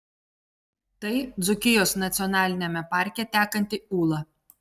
tai dzūkijos nacionaliniame parke tekanti ūla